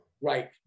Right